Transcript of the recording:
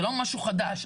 זה לא משהו חדש,